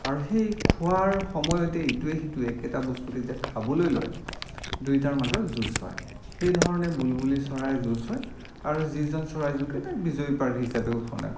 আৰু সেই খোৱাৰ সময়তেই ইটোৱে সিটোৱে একেটা বস্তুকে যেতিয়া খাবলৈ লয় দুইটাৰ মাজত যুঁজ হয় সেই ধৰণে বুলবুলি চৰাই যুঁজ হয় আৰু যিজন চৰাই জিকে তাই বিজয়ী প্ৰাৰ্থী হিচাপে ঘোষণা কৰা হয়